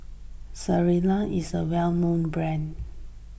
Ezerra is a well known brand